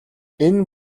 энэ